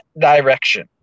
direction